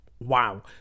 Wow